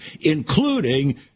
including